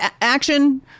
action